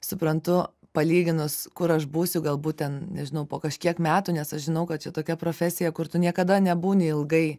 suprantu palyginus kur aš būsiu galbūt ten nežinau po kažkiek metų nes aš žinau kad čia tokia profesija kur tu niekada nebūni ilgai